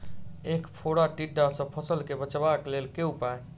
ऐंख फोड़ा टिड्डा सँ फसल केँ बचेबाक लेल केँ उपाय?